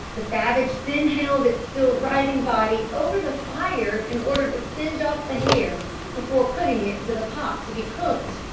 the savage then held its still writhing body over the fire in order to singe off the hair before putting it into the pot to be cooked.